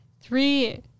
Three